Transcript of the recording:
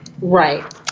right